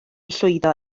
llwyddo